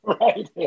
Right